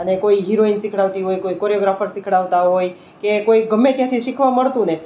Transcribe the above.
અને કોઈ હિરોહીન શિખડાવતી હોય કોઈ કોડિયોગ્રાફર શિખડાવતા હોય કે કોઈ ગમે ત્યાંથી શીખવા મળતુંને